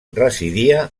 residia